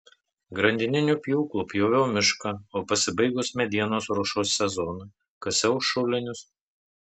grandininiu pjūklu pjoviau mišką o pasibaigus medienos ruošos sezonui kasiau šulinius